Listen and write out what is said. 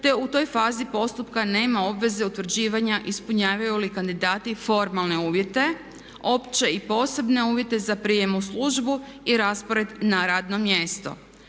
te u toj fazi postupka nema obveze utvrđivanja ispunjavaju li kandidati formalne uvjete opće i posebne uvjete za prijem u službu i raspored na javno mjesto.